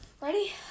ready